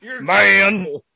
Man